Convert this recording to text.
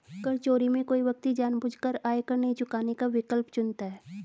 कर चोरी में कोई व्यक्ति जानबूझकर आयकर नहीं चुकाने का विकल्प चुनता है